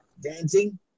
dancing